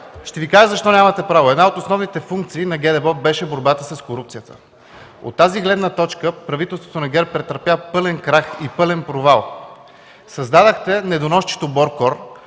Ще Ви кажа защо нямате право. Една от основните функции на ГДБОП беше борбата с корупцията. От тази гледна точка правителството на ГЕРБ претърпя пълен крах и пълен провал. Създадохте недоносчето БОРКОР,